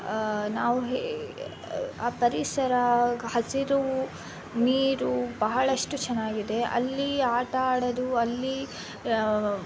ನಾವು ಹೇ ಆ ಪರಿಸರ ಹಸಿರು ನೀರು ಬಹಳಷ್ಟು ಚೆನ್ನಾಗಿದೆ ಅಲ್ಲಿ ಆಟ ಆಡೋದು ಅಲ್ಲಿ